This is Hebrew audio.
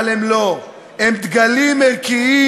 אבל הן לא, הן דגלים ערכיים,